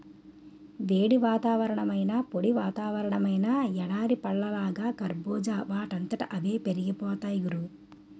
వేడి వాతావరణమైనా, పొడి వాతావరణమైనా ఎడారి పళ్ళలాగా కర్బూజా వాటంతట అవే పెరిగిపోతాయ్ గురూ